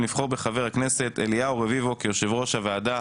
לבחור בחבר הכנסת אליהו רביבו כיושב ראש הוועדה.